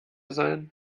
sein